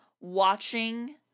watching